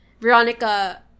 Veronica